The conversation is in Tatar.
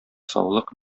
саулык